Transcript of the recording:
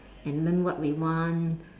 and learn what we want